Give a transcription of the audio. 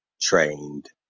trained